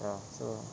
ya so